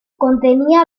contenía